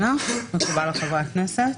מקובל על חברי הכנסת?